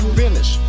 finish